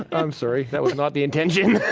i'm sorry, that was not the intention.